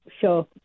show